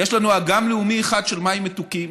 של מים מתוקים.